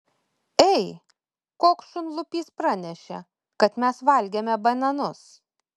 ei koks šunlupys pranešė kad mes valgėme bananus